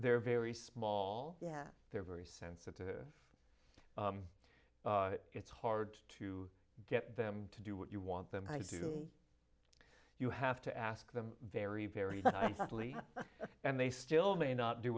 they're very small yet they're very sensitive it's hard to get them to do what you want them to do you have to ask them very very badly and they still may not do